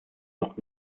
noch